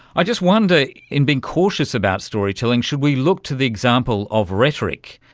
i just wonder, in being cautious about storytelling, should we look to the example of rhetoric?